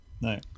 No